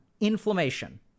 inflammation